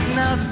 now